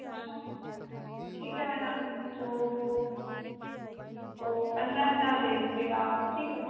अच्छा ठीक है मैडम तो तो पन्द्रह हज़ार दे दीजिएगा आप ठीक है